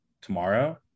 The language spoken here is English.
tomorrow